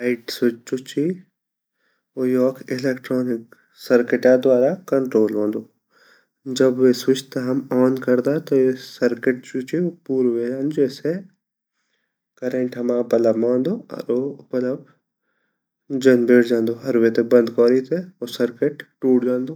Light switch जु ची उ योक इलेक्ट्रिक सर्किट द्वारा कण्ट्रोल वोंदु जब स्विच ते हम ऑन करदा ता जु सर्किट जु ची उ पूरू वे जांदू जैसे करंट हमा बल्ब मा औन्दु अर हमा बल्ब जन बैठ जांदू अर बटन बंद करि ते सर्किट टूट जांदू।